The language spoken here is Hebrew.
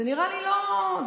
זה נראה לי לא הגיוני.